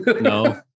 no